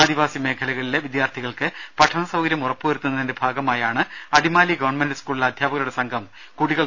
ആദിവാസി മേഖലകളിലെ വിദ്യാർത്ഥികൾക്ക് പഠന സൌകര്യം ഉറപ്പു വരുത്തുന്നതിന്റെ ഭാഗമായാണ് അടിമാലി ഗവൺമെന്റ് സ്കൂളിലെ അധ്യാപകരുടെ സംഘം കുടികൾതോറും സഞ്ചരിച്ചത്